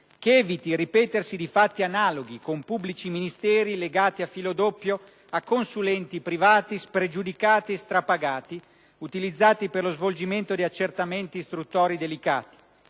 che eviti il ripetersi di fatti analoghi, con pubblici ministeri legati a filo doppio a consulenti privati spregiudicati, strapagati e utilizzati per lo svolgimento di accertamenti istruttori delicati,